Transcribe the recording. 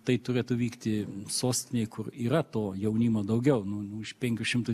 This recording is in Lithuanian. tai turėtų vykti sostinėj kur yra to jaunimo daugiau nu iš penkių šimtų